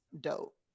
dope